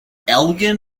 elgin